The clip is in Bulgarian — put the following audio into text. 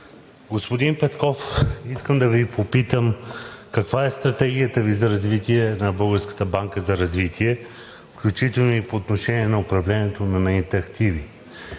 Господин Петков, искам да Ви попитам каква е стратегията Ви за развитие на Българска банка за развитие, включително и по отношение на управлението на нейните активи